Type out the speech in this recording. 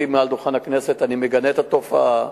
מעל דוכן הכנסת: אני מגנה את התופעה.